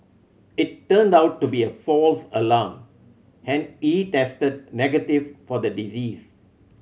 it turned out to be a false alarm and he tested negative for the disease